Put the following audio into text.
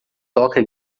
toca